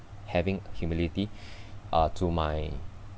having humility uh to my